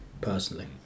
personally